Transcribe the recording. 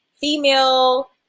female